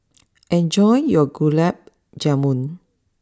enjoy your Gulab Jamun